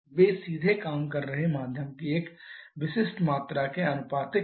वे सीधे काम कर रहे माध्यम की एक विशिष्ट मात्रा के आनुपातिक हैं